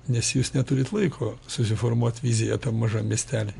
nes jūs neturit laiko susiformuot viziją tam mažam miestely